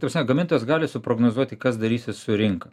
ta prasme gamintojas gali suprognozuoti kas darysis su rinka